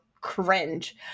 cringe